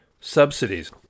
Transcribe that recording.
subsidies